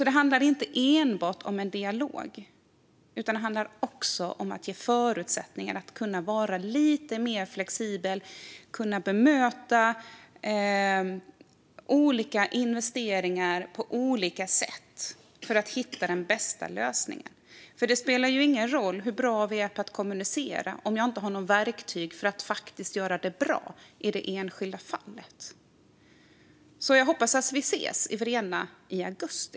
Det handlar alltså inte enbart om dialog, utan det handlar också om att ge förutsättningar att vara lite mer flexibel och kunna bemöta olika investeringar på olika sätt för att hitta den bästa lösningen. Det spelar ju ingen roll hur bra vi är på att kommunicera om vi inte har verktyg för att faktiskt göra det bra i det enskilda fallet. Jag hoppas att vi ses i Vrena i augusti.